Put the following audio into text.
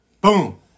boom